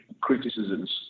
criticisms